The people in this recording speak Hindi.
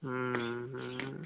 हम्म हम्म हम्म हम्म